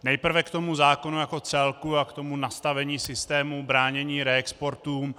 Nejprve k zákonu jako celku a k nastavení systému bránění reexportům.